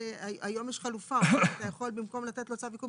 היום יש חלופה אפשר במקום לתת לו צו עיכוב